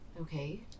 Okay